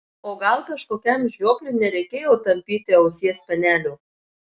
o gal kažkokiam žiopliui nereikėjo tampyti ausies spenelio